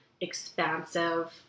expansive